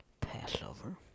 passover